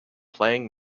playing